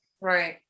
Right